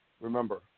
Remember